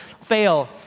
fail